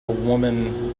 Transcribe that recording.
woman